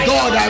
God